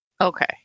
Okay